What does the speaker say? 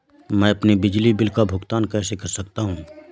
मैं अपने बिजली बिल का भुगतान कैसे कर सकता हूँ?